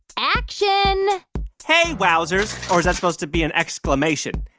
action hey, wowzers. or is that supposed to be an exclamation?